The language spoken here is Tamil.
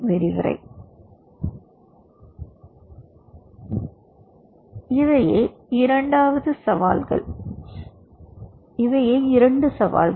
விரிவுரை எனவே இவையே 2 சவால்கள்